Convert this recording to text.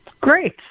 great